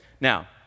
Now